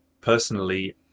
personally